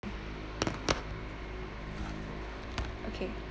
okay